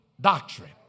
doctrine